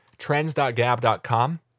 trends.gab.com